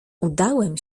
udałem